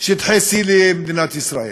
שטחי C למדינת ישראל,